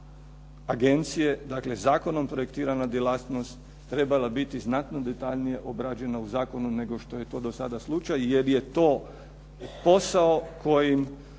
agencije, dakle zakonom projektirana djelatnost, trebala biti znatno detaljnije obrađena u zakonu, nego što je to do sada slučaj, jer je to posao kojim